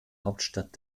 hauptstadt